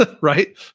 right